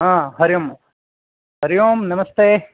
हा हरिः ओं हरिः ओं नमस्ते